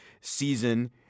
season